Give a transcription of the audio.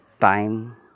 time